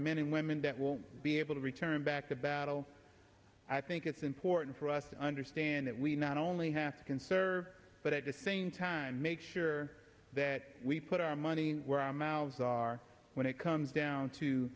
men and women that won't be able to return back to battle i think it's important for us to understand that we not only have to conserve but at the same time make sure that we put our money where our mouths are when it comes down to